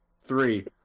three